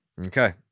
Okay